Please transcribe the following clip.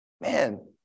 Man